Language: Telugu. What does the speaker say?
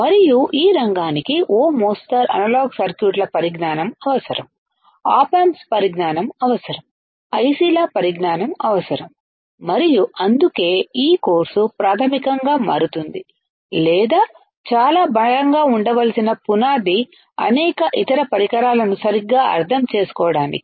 మరియు ఈ రంగానికి ఓ మోస్తరు అనలాగ్ సర్క్యూట్ల పరిజ్ఞానం అవసరం ఆప్ ఆంప్స్ పరిజ్ఞానం అవసరం ఐసిల పరిజ్ఞానం అవసరం మరియు అందుకే ఈ కోర్సు ప్రాథమికంగా మారుతుంది లేదా చాలా బలంగా ఉండవలసిన పునాది అనేక ఇతర పరికరాలను సరిగ్గా అర్థం చేసుకోవడాని